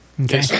Okay